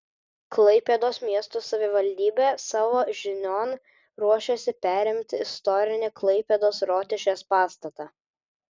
klaipėdos miesto savivaldybė savo žinion ruošiasi perimti istorinį klaipėdos rotušės pastatą